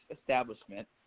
establishment